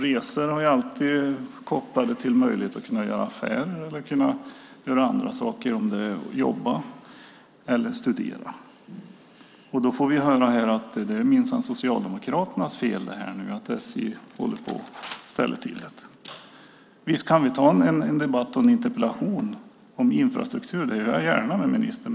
Resor är alltid kopplade till möjligheter att göra affärer, jobba eller studera. Vi får höra att det minsann är Socialdemokraternas fel att SJ håller på och ställer till det. Visst kan vi ha en interpellationsdebatt om infrastruktur. Det har jag gärna med ministern.